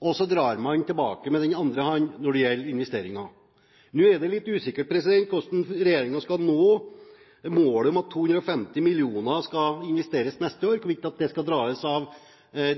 og så drar man tilbake med den andre hånden når det gjelder investeringer. Nå er det litt usikkert hvordan regjeringen skal nå målet om at 250 mill. kr skal investeres neste år, og hvorvidt det skal dras av